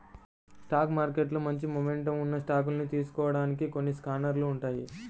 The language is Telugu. స్టాక్ మార్కెట్లో మంచి మొమెంటమ్ ఉన్న స్టాకుల్ని తెలుసుకోడానికి కొన్ని స్కానర్లు ఉంటాయ్